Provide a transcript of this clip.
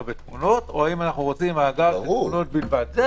ותמונות או האם אנחנו רוצים מאגר תמונות או בלבד.